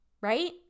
right